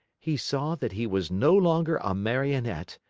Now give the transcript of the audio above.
he saw that he was no longer a marionette,